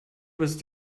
bist